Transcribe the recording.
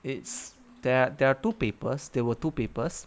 it's that there are two papers there were two papers